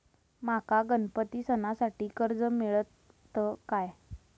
माका गणपती सणासाठी कर्ज मिळत काय?